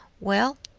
well,